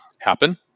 happen